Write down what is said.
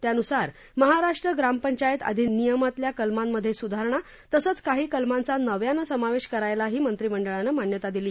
त्यानुसार महाराष्ट्र ग्रामपंचायत अधिनियमातल्या कलमांमधे सुधारणा तसंच काही कलमांचा नव्यानं समावेश करायलाही मंत्रीमंडळानं मान्यता दिली